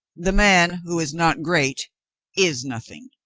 the man who is not great is nothing,